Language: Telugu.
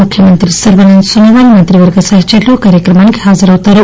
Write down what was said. ముఖ్యమంత్రి సర్భానంద సోనోవాల్ మంత్రివర్గ సహచరులు ఈ కార్యక్రమానికి హాజరవుతారు